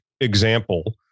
example